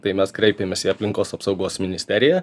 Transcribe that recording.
tai mes kreipėmės į aplinkos apsaugos ministeriją